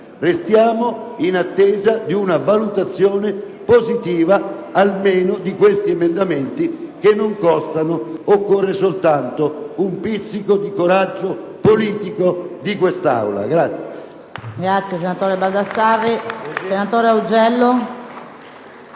Restiamo in attesa di una valutazione positiva almeno di questi emendamenti, che non comportano costi: occorre soltanto un pizzico di coraggio politico da parte